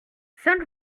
cinq